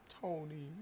Tony